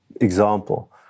example